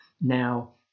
Now